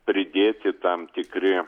pridėti tam tikri